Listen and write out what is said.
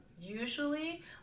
Usually